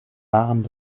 waren